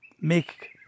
make